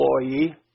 employee